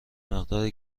مقدار